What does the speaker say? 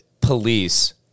police